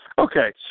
Okay